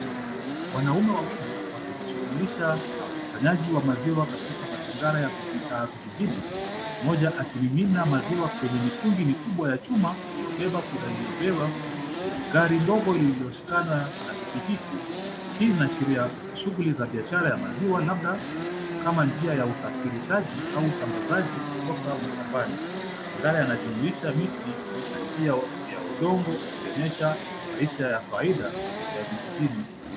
Wanaume wawili wamejishughulisha na ukusanyaji wa maziwa katika mazingara ya vijijini, mmoja akimimina maziwa kwenye mitungi mikubwa ya chuma, aliyobeba kwenye gari ndogo lililoshikana na pikipiki. Zinaashiria shughuli za biashara ya maziwa labda kama njia ya usafirishaji au usambazaji kutoka mashambani. Mazingara yanajumuisha miti na njia ya udongo ikionyesha maisha ya kawaida ya vijijini.